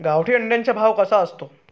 गावठी अंड्याचा भाव कसा असतो?